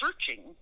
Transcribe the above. searching